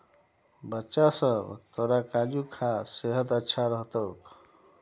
बच्चा सब, तोरा काजू खा सेहत अच्छा रह तोक